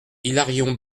hilarion